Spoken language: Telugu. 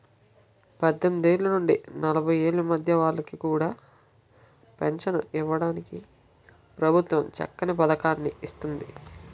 పద్దెనిమిదేళ్ల నుండి నలభై ఏళ్ల మధ్య వాళ్ళకి కూడా పెంచను ఇవ్వడానికి ప్రభుత్వం చక్కని పదకాన్ని ఇస్తోంది